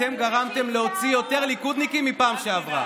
אתם גרמתם להוציא יותר ליכודניקים מהפעם שעברה.